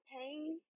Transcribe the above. pain